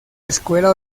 escuela